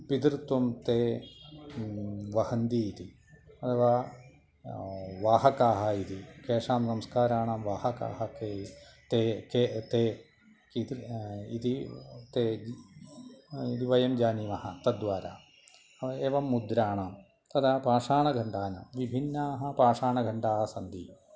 पितृत्वं ते वहन्ति इति अथवा वाहकाः इति केषां संस्काराणां वाहकाः के ते के ते कितृ इति ते इति वयं जानीमः तद्वारा एवं मुद्राणां तदा पाषाणखण्डानां विभिन्नाः पाषाणखण्डाः सन्ति